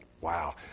wow